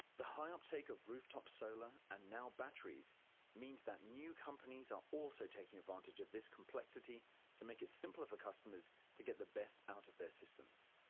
the high uptake of rooftop solar and now batteries means that new companies are also taking advantage of this complexity to make it simpler for customers to get the best out of their systems.